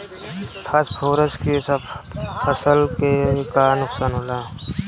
Phosphorus के से फसल के का नुकसान होला?